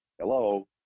hello